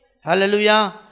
Hallelujah